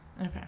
Okay